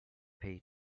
pay